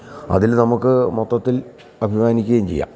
അതിൽ നമുക്ക് മൊത്തത്തിൽ അഭിമാനിക്കുകയും ചെയ്യാം